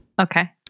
Okay